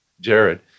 Jared